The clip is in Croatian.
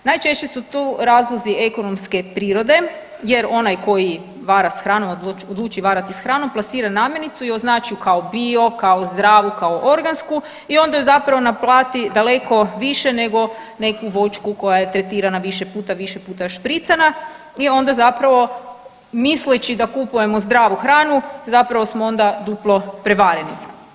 Najčešće su tu razlozi ekonomske prirode jer onaj koji vara s hranom, odluči varati s hranom, plasira namirnicu i označi ju kao bio, kao zdravu, kao organsku i onda ju zapravo naplati daleko više nego neku voćku koja je tretirana više puta i više puta je špricana i onda zapravo misleći da kupujemo zdravu hranu zapravo smo onda duplo prevareni.